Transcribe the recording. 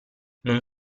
non